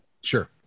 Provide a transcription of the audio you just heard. Sure